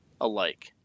alike